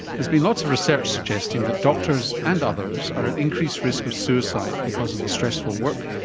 there's been lots of research suggesting that doctors and others are at increased risk of suicide because of the stressful work,